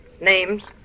Names